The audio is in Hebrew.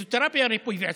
פיזיותרפיה, ריפוי בעיסוק.